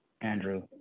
Andrew